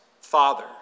Father